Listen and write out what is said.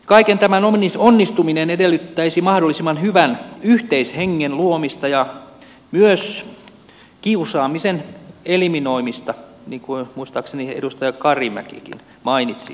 kaiken tämän onnistuminen edellyttäisi mahdollisimman hyvän yhteishengen luomista ja myös kiusaamisen eliminoimista minkä muistaakseni edustaja karimäkikin mainitsi otti puheeksi